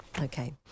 okay